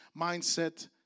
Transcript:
mindset